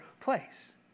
place